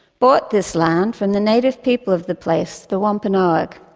bought this land from the native people of the place, the wampanoag.